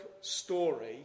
story